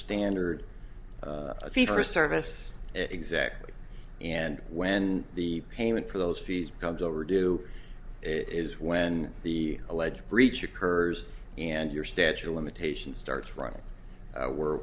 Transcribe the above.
standard fee for service exactly and when the payment for those fees becomes overdue it is when the alleged breach occurs and your statute of limitations starts running we're